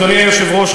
אדוני היושב-ראש,